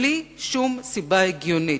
בלי שום סיבה הגיונית.